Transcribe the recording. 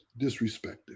disrespected